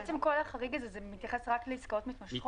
בעצם כל החריג הזה מתייחס רק לעסקאות מתמשכות?